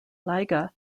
liga